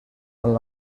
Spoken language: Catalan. amb